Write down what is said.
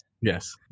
Yes